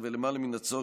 ולמעלה מן הצורך,